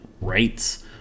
rights